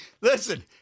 listen